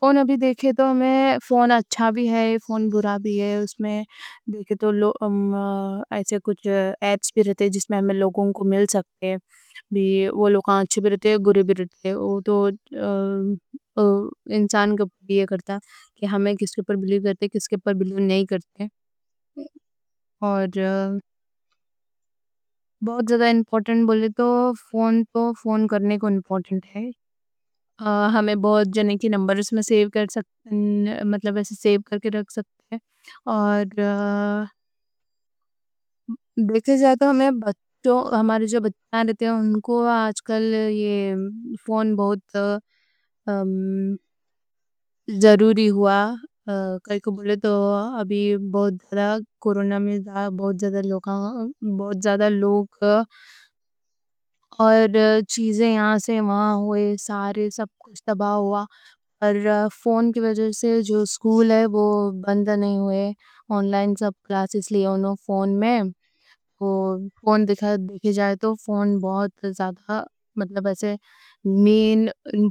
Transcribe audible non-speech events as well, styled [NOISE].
فون ابھی دیکھے تو فون۔ اچھا بھی ہے، فون برا بھی ہے، اس میں دیکھے تو ایسے کچھ۔ ایپس بھی رہتے جس میں ہمیں لوگوں کو مل سکتے، وہ لوگاں۔ اچھے بھی رہتے، برے بھی رہتے، وہ تو [HESITATION] انسان۔ کرتا، ہمیں کس کے پر بلیو کرے، کس کے پر بلیو نہیں کرے۔ بہت زیادہ امپورٹنٹ بولے تو فون تو فون کرنے کو امپورٹنٹ ہے۔ بہت زیادہ بولے تو فون میں نمبر سیو کر سکتے۔ اور دیکھے جاتا، ہمارے جو بچے ہیں ان کو آج کل یہ فون بہت ضروری ہوا۔ فون [HESITATION] بہت ضروری ہوا، کائیں کوں بولے تو ابھی بہت زیادہ کورونا۔ میں بہت زیادہ لوگاں انتقال ہوئے، اور چیزیں یہاں سے وہاں ہوئے۔ سارے سب کچھ تباہ ہوا، پر فون کے وجہ سے جو سکول ہے وہ۔ بندہ نہیں ہوئے، آن لائن سب کلاس اس لئے انہوں فون میں فون دکھا دکھے۔ [HESITATION] دیکھے جائے تو فون بہت زیادہ، مطلب ایسے مین۔ [HESITATION] مین۔